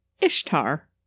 Ishtar